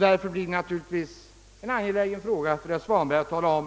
Därför är det naturligtvis angeläget att herr Svanberg talar om,